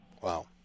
Wow